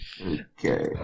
Okay